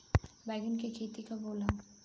बैंगन के खेती कब होला?